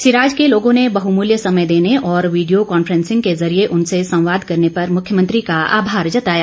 सिराज के लोगों ने बहुमूल्य समय देने और वीडियो कांफ्रेंसिंग के जरिए उनसे संवाद करने पर मुख्यमंत्री का आभार जताया